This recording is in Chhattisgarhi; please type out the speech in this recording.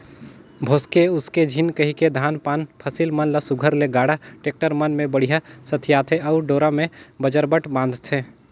भोसके उसके झिन कहिके धान पान फसिल मन ल सुग्घर ले गाड़ा, टेक्टर मन मे बड़िहा सथियाथे अउ डोरा मे बजरबट बांधथे